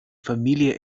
familie